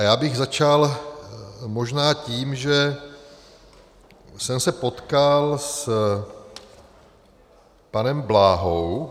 Já bych začal možná tím, že jsem se potkal s panem Bláhou.